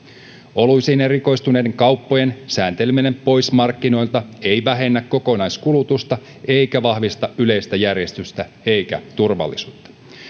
oluisiin erikoistuneiden kauppojen säänteleminen pois markkinoilta ei vähennä kokonaiskulutusta eikä vahvista yleistä järjestystä eikä turvallisuutta